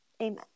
amen